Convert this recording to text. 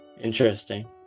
interesting